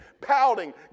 pouting